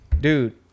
dude